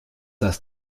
das